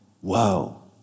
whoa